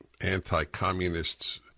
anti-communists